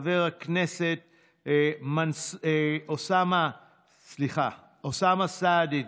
חבר הכנסת אוסאמה סעדי,